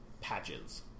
Patches